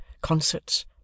concerts